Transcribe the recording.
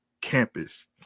campus